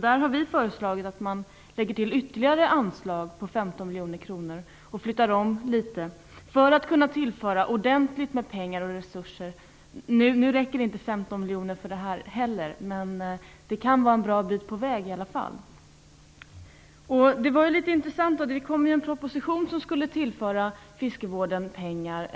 Där har vi föreslagit ett ytterligare anslag på 15 miljoner kronor och att man flyttar om litet för att kunna tillföra ordentligt med pengar och resurser. Nu räcker inte heller 15 miljoner, men det kan vara en bra bit på väg i alla fall. Det kom ju en proposition som skulle tillföra fiskevården pengar,